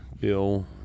Bill